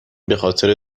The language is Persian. بخاطر